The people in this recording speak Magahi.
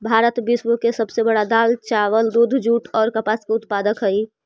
भारत विश्व के सब से बड़ा दाल, चावल, दूध, जुट और कपास उत्पादक हई